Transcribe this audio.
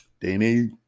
Danny